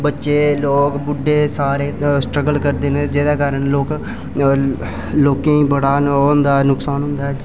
जेह्दे कारण बच्चे बुड्ढे लोक बड़ा गै स्ट्रगल करदे न जेह्दे कारण लोकें गी बड़ा गै नुक्सान होंदा ऐ